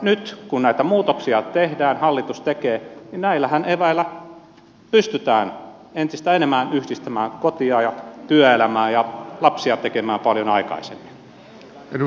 nyt kun näitä muutoksia tehdään hallitus tekee niin näillä eväillähän pystytään entistä enemmän yhdistämään kotia ja työelämää ja lapsia tekemään paljon aikaisemmin